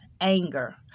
anger